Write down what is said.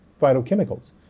phytochemicals